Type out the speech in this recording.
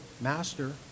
Master